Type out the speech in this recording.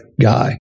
guy